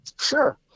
Sure